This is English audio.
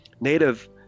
Native